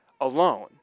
alone